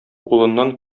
улыннан